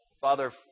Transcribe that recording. Father